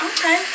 Okay